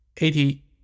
eighty